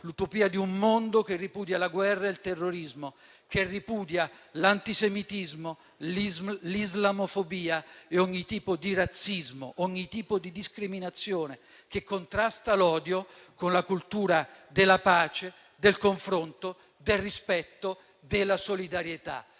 L'utopia di un mondo che ripudia la guerra e il terrorismo, che ripudia l'antisemitismo, l'islamofobia e ogni tipo di razzismo, ogni tipo di discriminazione, che contrasta l'odio con la cultura della pace, del confronto, del rispetto, della solidarietà».